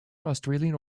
australian